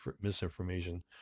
misinformation